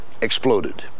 exploded